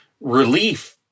relief